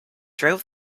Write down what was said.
drove